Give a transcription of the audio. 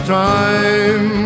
time